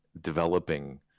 developing